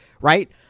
right